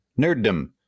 nerddom